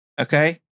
Okay